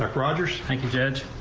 like rogers, thank you jed.